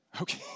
okay